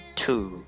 two